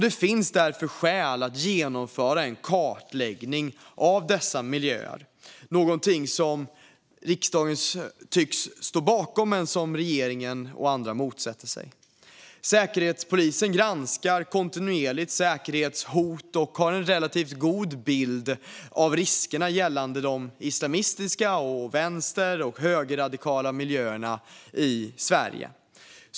Det finns därför skäl att genomföra en kartläggning av dessa miljöer. Det är någonting som riksdagen tycks stå bakom men som regeringen och andra motsätter sig. Säkerhetspolisen granskar kontinuerligt säkerhetshot och har en relativt god bild av riskerna gällande de islamistiska och vänster och högerradikala miljöerna i Sverige.